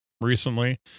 recently